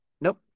Nope